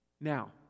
Now